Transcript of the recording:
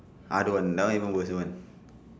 I don't want that one even worse one